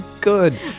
Good